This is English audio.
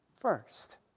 first